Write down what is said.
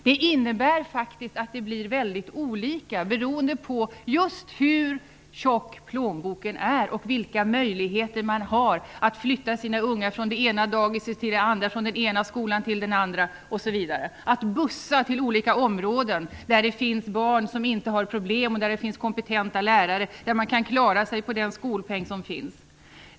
Det innebär faktiskt att det blir mycket olika beroende på hur tjock plånboken är och vilka möjligheter man har att flytta sina barn från det ena dagiset till det andra, från den ena skolan till den andra osv., att bussa till områden där barnen inte har problem och där det finns kompetenta lärare. I sådana områden kan man klara sig på den skolpeng som finns.